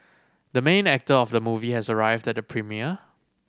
the main actor of the movie has arrived at the premiere